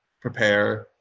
prepare